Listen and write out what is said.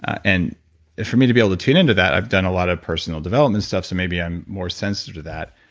and for me to be able to tune in to that i've done a lot of personal development stuff. so maybe i'm more sensitive to that.